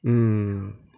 mm